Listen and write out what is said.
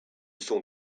sont